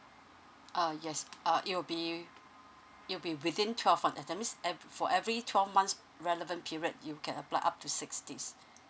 uh yes uh it will be it'll be within twelve month that means e~ for every twelve months relevant period you can apply up to six days